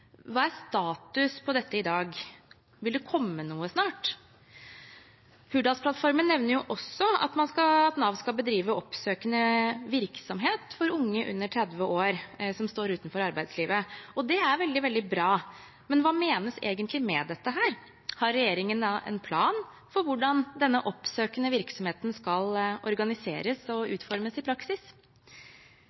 Hva er status på dette i dag? Vil det komme noe snart? Hurdalsplattformen nevner også at Nav skal bedrive oppsøkende virksomhet for unge under 30 år som står utenfor arbeidslivet. Det er veldig bra, men hva menes egentlig med dette? Har regjeringen en plan for hvordan denne oppsøkende virksomheten skal organiseres og utformes i praksis?